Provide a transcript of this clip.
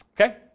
Okay